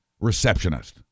receptionist